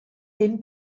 dim